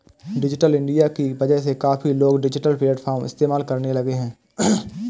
digital India की वजह से काफी लोग डिजिटल प्लेटफ़ॉर्म इस्तेमाल करने लगे हैं